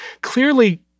Clearly